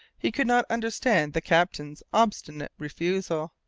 he could not understand the captain's obstinate refusal.